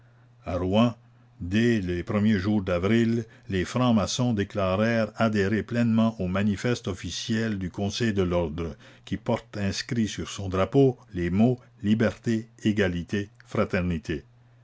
rouen dès les premiers jours d'avril les francs-maçons déclarèrent adhérer pleinement au manifeste officiel du conseil la commune de l'ordre qui porte inscrits sur son drapeau les mots liberté égalité fraternité